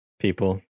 people